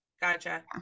Gotcha